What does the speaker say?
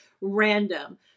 random